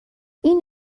این